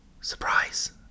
Surprise